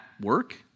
work